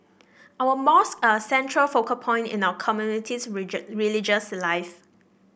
our mosques are a central focal point in our community's religious life